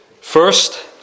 First